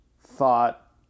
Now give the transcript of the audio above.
thought